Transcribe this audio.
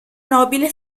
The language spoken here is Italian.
nobile